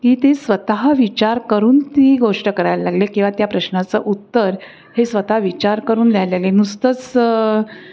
की ते स्वतः विचार करून ती गोष्ट करायला लागले किवा त्या प्रश्नाचं उत्तर हे स्वतः विचार करून घ्यायला लागले नुसतंच